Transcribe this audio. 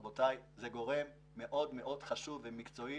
רבותיי, זה גורם מאוד-מאוד חשוב ומקצועי